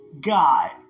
God